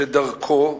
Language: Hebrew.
שדרכו,